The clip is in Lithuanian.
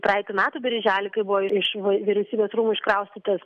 praeitų metų birželį kai buvo iš v vyriausybės rūmus kraustytas